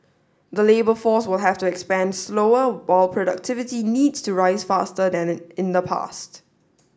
the labour force will have to expand slower while productivity needs to rise faster than in the past